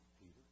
Peter